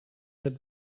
het